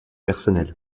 personnels